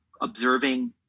observing